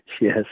Yes